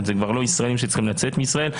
לא מדובר כבר על ישראלים שצריכים לצאת מישראל,